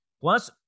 Plus